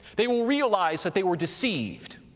they will realize that they were deceived